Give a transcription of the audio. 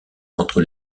entre